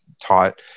taught